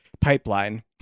pipeline